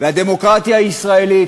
והדמוקרטיה הישראלית,